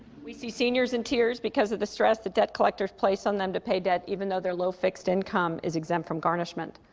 we see seniors in tears because of the stress that debt collectors place on them to pay debt, even though their low fixed income is exempt from garnishment.